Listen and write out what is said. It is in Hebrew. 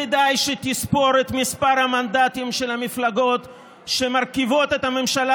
כדאי שתספור את מספר המנדטים של המפלגות שמרכיבות את הממשלה